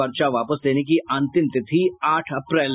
पर्चा वापस लेने की अंतिम तिथि आठ अप्रैल